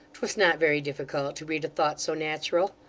twas not very difficult to read a thought so natural.